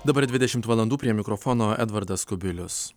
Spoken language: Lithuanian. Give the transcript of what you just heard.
dabar dvidešimt valandų prie mikrofono edvardas kubilius